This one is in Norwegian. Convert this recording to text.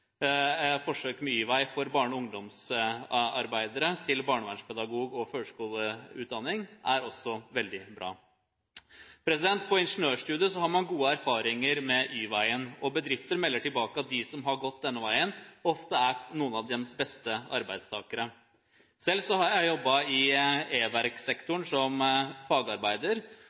for at barne- og ungdomsarbeidere kan få opptak til barnevernspedagog- og førskolelærerutdanning, er også veldig bra. På ingeniørstudiet har man gode erfaringer med Y-veien, og bedrifter melder tilbake at de som har gått denne veien, ofte er noen av deres beste arbeidstakere. Selv har jeg jobbet i e-verkssektoren som fagarbeider.